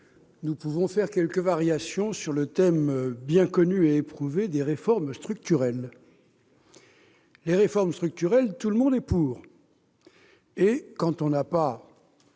nous pouvons faire quelques variations sur le thème bien connu et éprouvé des réformes structurelles. Les réformes structurelles, tout le monde est pour. Quand on ne porte